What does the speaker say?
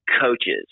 coaches